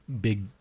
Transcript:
big